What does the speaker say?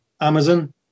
Amazon